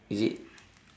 is it